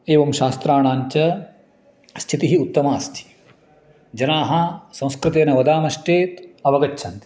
एवं शास्त्राणाञ्च स्थितिः उत्तमा अस्ति जनाः संस्कृतेन वदामश्चेत् अवगच्छन्ति